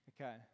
Okay